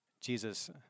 Jesus